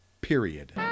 period